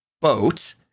boat